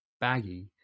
baggy